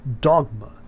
dogma